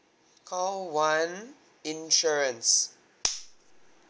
call one insurance